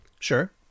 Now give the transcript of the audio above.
Sure